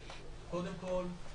קודם כול,